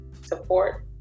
support